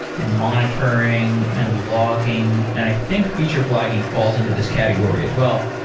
and monitoring, and logging, and i think feature flagging falls into this category as well.